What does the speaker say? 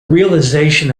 realization